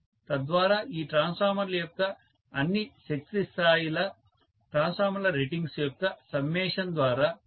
తద్వారా ఈ ట్రాన్స్ఫార్మర్ల యొక్క అన్ని శక్తి స్థాయిల ట్రాన్స్ఫార్మర్ల రేటింగ్స్ యొక్క సమ్మేషన్ ద్వారా పూర్తి భారాన్ని పొందగలుగుతాము